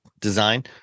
Design